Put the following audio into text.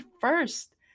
first